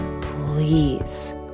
please